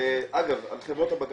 אגב, על חברות הבקרה.